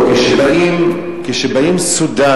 לא, כשבאים סודנים.